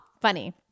funny